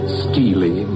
steely